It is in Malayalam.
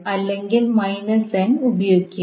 അല്ലെങ്കിൽ n ഉപയോഗിക്കുക